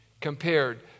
compared